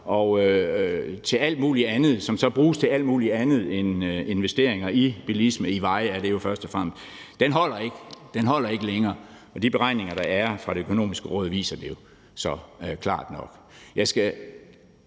og til alt muligt andet, som så bruges til alt muligt andet end investeringer i bilisme, i veje er det jo først og fremmest, ikke længere holder. De beregninger, der er fra Det Økonomiske Råd, viser det jo så klart nok.